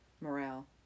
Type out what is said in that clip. morale